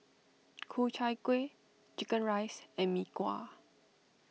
Ku Chai Kueh Chicken Rice and Mee Kuah